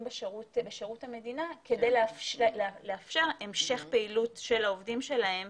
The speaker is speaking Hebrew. בשירות המדינה כדי לאפשר המשך פעילות של העובדים שלהם